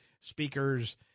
speakers